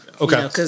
Okay